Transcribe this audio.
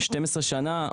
12 שנים,